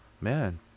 man